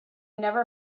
never